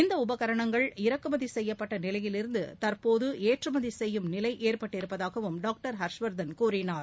இந்த உபகரணங்கள் இநக்குமதி செய்யப்பட்ட நிலையிலிருந்து தற்போது ஏற்றுமதி செய்யும் நிலை ஏற்பட்டிருப்பதாகவும் டாக்டர் ஹர்ஷவர்தன் கூறினார்